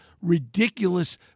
ridiculous